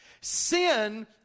Sin